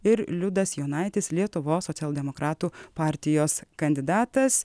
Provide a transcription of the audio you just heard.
ir liudas jonaitis lietuvos socialdemokratų partijos kandidatas